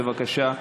בבקשה.